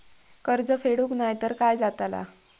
कर्ज फेडूक नाय तर काय जाताला?